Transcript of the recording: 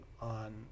on